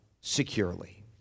securely